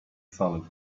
solid